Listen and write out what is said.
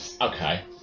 Okay